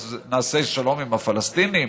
אז נעשה שלום עם הפלסטינים?